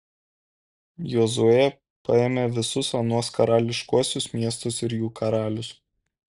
jozuė paėmė visus anuos karališkuosius miestus ir jų karalius